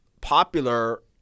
popular